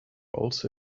also